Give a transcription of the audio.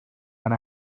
and